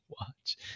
watch